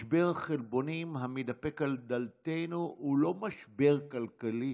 משבר החלבונים המידפק על דלתנו הוא לא משבר כלכלי,